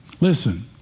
Listen